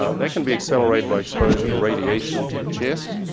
ah that can be accelerated by exposure to radiation to the chest.